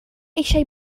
eisiau